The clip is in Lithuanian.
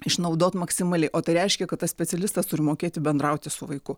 išnaudot maksimaliai o tai reiškia kad tas specialistas turi mokėti bendrauti su vaiku